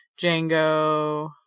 Django